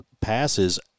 passes